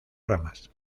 ramas